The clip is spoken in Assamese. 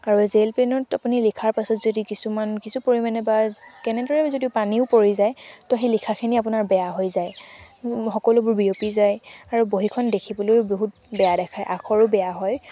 আৰু জেল পেনত আপুনি লিখাৰ পাছত যদি কিছুমান কিছু পৰিমাণে বা কেনেদৰে যদি পানীও পৰি যায় তো সেই লিখাখিনি আপোনাৰ বেয়া হৈ যায় সকলোবোৰ বিয়পি যায় আৰু বহীখন দেখিবলৈও বহুত বেয়া দেখায় আখৰো বেয়া হয়